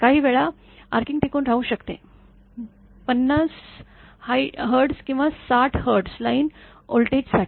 काही वेळा आर्किंग टिकून राहू शकते ५० हर्ट्झ किंवा ६० हर्ट्झ लाईन व्होल्टेजसाठी